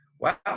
wow